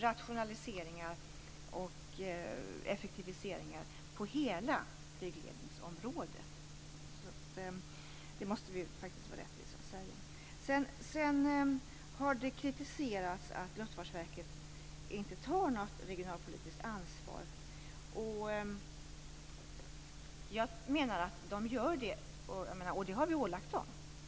Rationaliseringar och effektiviseringar diskuteras alltså på hela flygledningsområdet. Det måste vi i rättvisans namn säga. Det har vidare riktats kritik mot Luftfartsverket för att det inte tar något regionalpolitiskt ansvar. Jag menar att verket gör det.